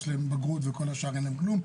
יש להם בגרות וכל השאר אין להם כלום.